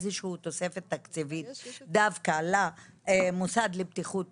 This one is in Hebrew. איזושהי תוספת תקציבית דווקא למוסד לבטיחות